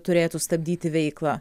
turėtų stabdyti veiklą